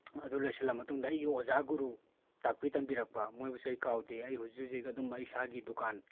ꯑꯗꯨ ꯂꯣꯏꯁꯤꯜꯂꯕ ꯃꯇꯨꯡꯗ ꯑꯩꯒꯤ ꯑꯣꯖꯥ ꯒꯨꯔꯨ ꯇꯥꯛꯄꯤ ꯇꯝꯕꯤꯔꯛꯄ ꯃꯣꯏꯕꯨꯁꯨ ꯑꯩ ꯀꯥꯎꯗꯦ ꯑꯩ ꯍꯧꯖꯤꯛ ꯍꯧꯖꯤꯛ ꯑꯗꯨꯝ ꯑꯩ ꯏꯁꯥꯒꯤ ꯗꯨꯀꯥꯟ